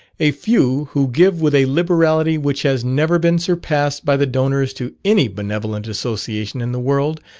a few who give with a liberality which has never been surpassed by the donors to any benevolent association in the world,